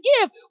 give